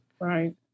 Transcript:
Right